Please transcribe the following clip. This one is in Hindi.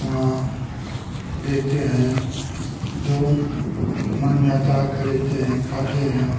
उहाँ देखते है जो मन में आता है खरीदते हैं खाते हैं